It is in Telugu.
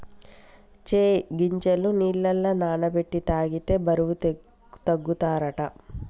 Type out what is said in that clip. చై గింజలు నీళ్లల నాన బెట్టి తాగితే బరువు తగ్గుతారట